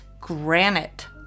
granite